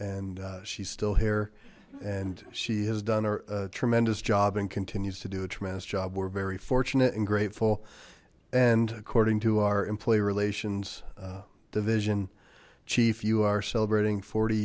and she's still here and she has done a tremendous job and continues to do a tremendous job we're very fortunate and grateful and according to our employee relations division chief you are celebrating forty